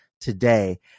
today